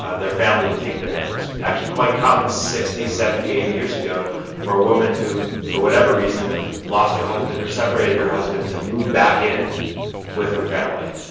ah their family to take them in. it was actually quite common sixty, seventy, eighty years ago for a woman for whatever reason lost her husband, or separated her husband to move back in with her family.